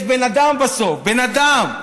יש בן אדם בסוף, בן אדם,